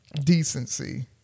Decency